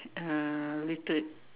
uh little